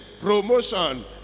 promotion